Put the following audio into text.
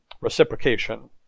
reciprocation